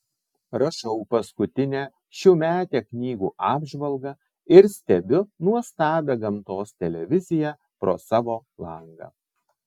rašau paskutinę šiųmetę knygų apžvalgą ir stebiu nuostabią gamtos televiziją pro savo langą